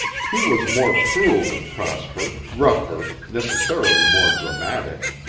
he was more cruel than prosper, rougher, necessarily more dramatic,